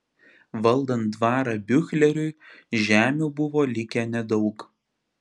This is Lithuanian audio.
valdant dvarą biuchleriui žemių buvo likę nedaug